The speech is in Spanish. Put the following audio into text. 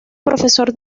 profesor